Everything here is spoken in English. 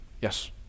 Yes